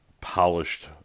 polished